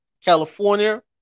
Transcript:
California